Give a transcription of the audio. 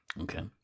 Okay